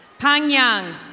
pang yang.